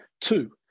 Two